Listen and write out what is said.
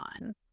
on